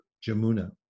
Jamuna